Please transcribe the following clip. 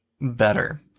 better